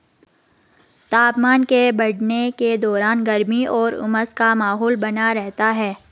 तापमान के बढ़ने के दौरान गर्मी और उमस का माहौल बना रहता है